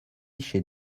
chez